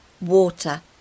water